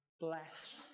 blessed